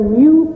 new